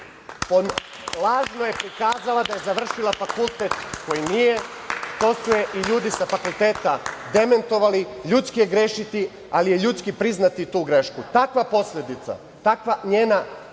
lažno je prikazala da je završila fakultet koji nije, to su i ljudi sa fakulteta demantovali. Ljudski je grešiti, ali je ljudski i priznati tu grešku. Takva posledica, takva njena